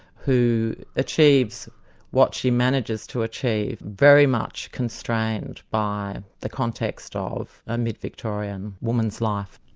who achieves what she manages to achieve very much constrained by the context ah of a mid-victorian woman's life.